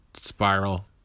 spiral